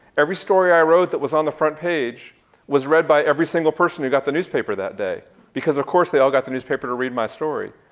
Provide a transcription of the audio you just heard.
every story i wrote that was on the front page was read by every single person who got the newspaper that day because of course they all got the newspaper to read my story.